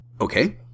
Okay